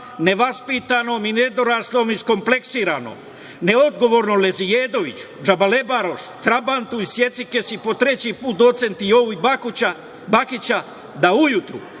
nevaspitanom i nedoraslom, iskompleksiranom, neodgovornom lezijedoviću, džabalebarošu, trabantu i secikesi, po treći put docentu Jovi Bakiću, da ujutru